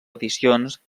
edicions